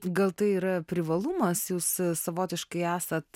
gal tai yra privalumas jūs savotiškai esat